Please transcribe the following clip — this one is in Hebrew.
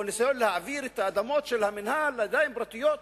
או הניסיון להעביר את האדמות של המינהל לידיים פרטיות,